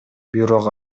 бирок